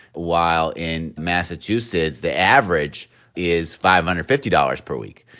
while in massachusetts, the average is five hundred fifty dollars per week.